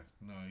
no